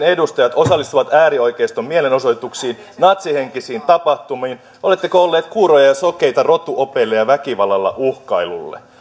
edustajat osallistuvat äärioikeiston mielenosoituksiin natsihenkisiin tapahtumiin oletteko olleet kuuroja ja ja sokeita rotuopeille ja väkivallalla uhkailulle